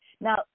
Now